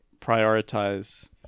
prioritize